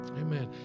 amen